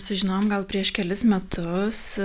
sužinojom gal prieš kelis metus